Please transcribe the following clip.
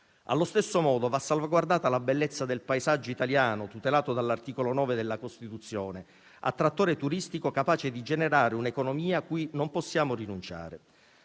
Allo stesso modo, va salvaguardata la bellezza del paesaggio italiano tutelato dall'articolo 9 della Costituzione, attrattore turistico capace di generare un'economia cui non possiamo rinunciare.